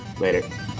later